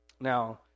Now